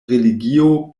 religio